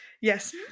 Yes